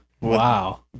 Wow